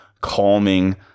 calming